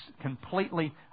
completely